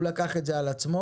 הוא לקח את זה על עצמו.